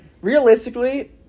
realistically